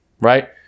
right